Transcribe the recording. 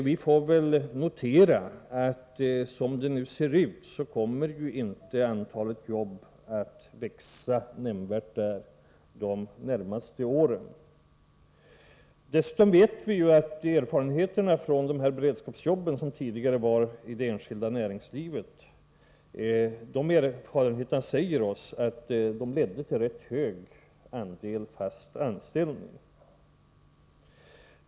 Vi får väl notera att som det nu ser ut kommer antalet jobb där inte att öka nämnvärt de närmaste åren. Dessutom vet vi att beredskapsjobben inom det enskilda näringslivet ledde till en rätt hög andel fast anställda.